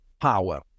power